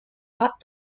hot